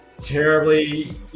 terribly